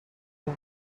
بود